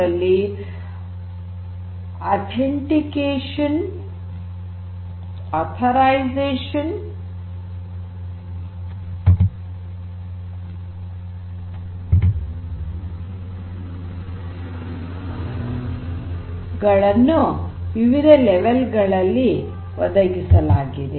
ಇಲ್ಲಿ authentication authorisation ಗಳನ್ನು ವಿವಿಧ ಮಟ್ಟಗಳಲ್ಲಿ ಒದಗಿಸಲಾಗಿದೆ